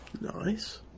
Nice